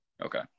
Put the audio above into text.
okay